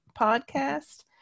podcast